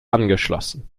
angeschlossen